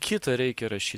kitą reikia rašyt